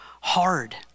hard